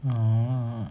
oh